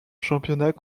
championnat